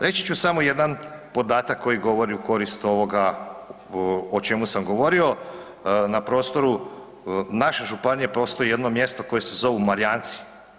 Reći ću samo jedan podatak koji govori u korist ovoga o čemu sam govorio, na prostoru naše županije postoji jedno mjesto koje se zovu Marijanci.